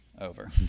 over